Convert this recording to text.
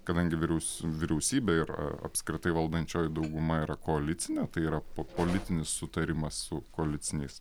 kadangi vyriaus vyriausybė ir apskritai valdančioji dauguma yra koalicinė tai yra po politinis sutarimas su koaliciniais